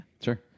Sure